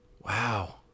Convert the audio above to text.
Wow